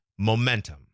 Momentum